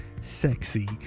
sexy